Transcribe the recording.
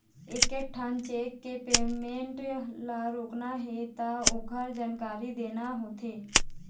एकेठन चेक के पेमेंट ल रोकना हे त ओखरे जानकारी देना होथे